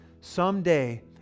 someday